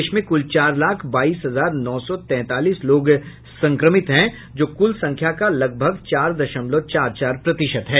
देश में कुल चार लाख बाईस हजार नौ सौ तैंतालीस लोग संक्रमित हैं जो कुल संख्या का लगभग चार दशमलव चार चार प्रतिशत है